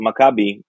Maccabi